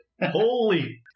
Holy